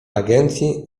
agencji